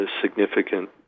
significant